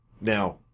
Now